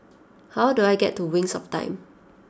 how do I get to Wings of Time